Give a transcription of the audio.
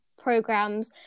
programs